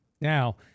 Now